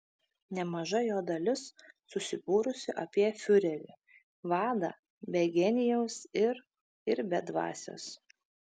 nemaža jo dalis susibūrusi apie fiurerį vadą be genijaus ir ir be dvasios